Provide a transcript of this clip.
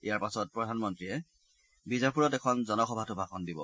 ইয়াৰ পাছত প্ৰধানমন্ত্ৰীয়ে ৱিজাপুৰত এখন জনসভাতো ভাষণ দিব